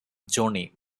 johnny